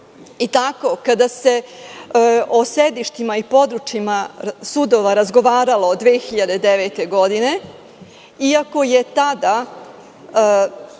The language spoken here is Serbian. i tako kada se o sedištima i područjima razgovaralo 2009. godine, iako je tada